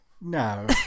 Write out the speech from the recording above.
No